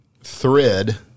thread